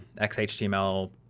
XHTML